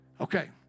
Okay